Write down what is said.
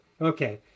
Okay